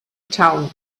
town